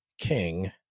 king